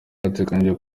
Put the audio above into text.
hateganyijwe